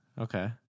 Okay